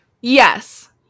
Yes